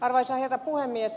arvoisa herra puhemies